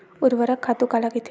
ऊर्वरक खातु काला कहिथे?